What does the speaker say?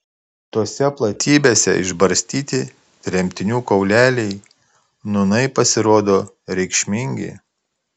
tose platybėse išbarstyti tremtinių kauleliai nūnai pasirodo reikšmingi